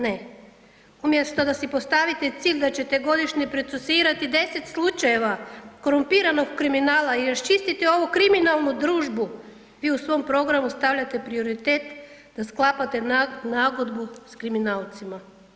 Ne, umjesto da si postavite cilj da ćete godišnje procesuirati 10 slučajeva korumpiranog kriminala i raščistiti ovu kriminalnu družbu, vi u svom programu stavljate prioritet da sklapate nagodbu sa kriminalcima.